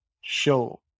show